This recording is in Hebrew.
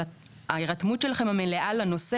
על ההירתמות המלאה שלכם לנושא,